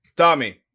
Tommy